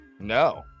No